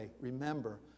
remember